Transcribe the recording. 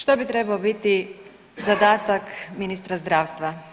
Što bi trebao biti zadatak ministra zdravstva?